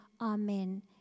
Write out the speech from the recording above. Amen